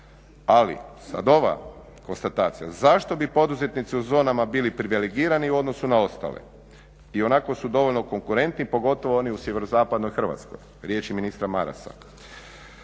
Ali, sad ova konstatacija, zašto bi poduzetnici u zonama bili privilegirani u odnosu na ostale? Ionako su dovoljno konkurentni, pogotovo oni u sjeverozapadnoj Hrvatskoj. Riječi su to ministra Marasa.